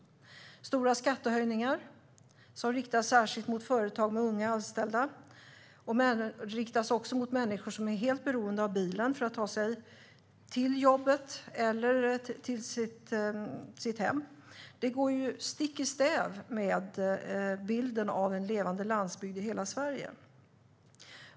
Stora skattehöjningar riktas särskilt mot företag med unga anställda, och de riktas också mot människor som är helt beroende av bilen för att ta sig till jobbet eller hem. Det går stick i stäv med bilden av en levande landsbygd i hela Sverige.